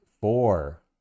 four